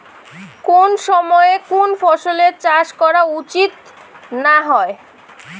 কুন সময়ে কুন ফসলের চাষ করা উচিৎ না হয়?